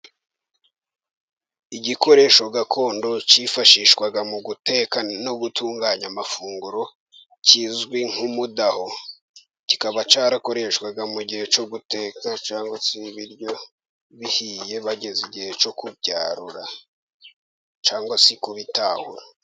Igikoresho gakondo kifashishwaga mu guteka no gutunganya amafunguro, kizwi nk'umudaho. Kikaba cyarakoreshwaga mu gihe cyo guteka, cyangwa se ibiryo bihiye bageze igihe cyo kubyarura. Cyangwa se kubitahura.